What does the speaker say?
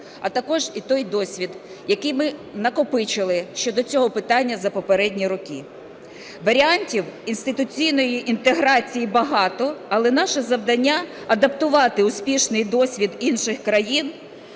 а також і той досвід, який ми накопичили щодо цього питання за попередні роки. Варіантів інституційної інтеграції багато, але наше завдання – адаптувати успішний досвід інших країн